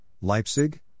Leipzig